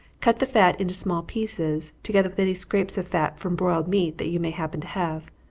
cut the fat into small pieces, together with any scraps of fat from broiled meat that you may happen to have.